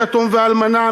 היתום והאלמנה,